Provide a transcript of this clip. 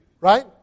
Right